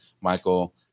Michael